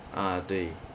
ah 对